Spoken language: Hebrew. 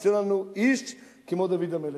שיצא לנו איש כמו דוד המלך,